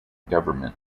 government